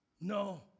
No